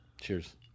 Cheers